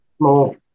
more